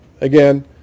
again